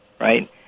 right